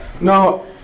no